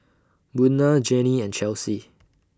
Buna Jannie and Chelsey